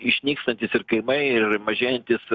išnykstantys ir kaimai ir mažėjantys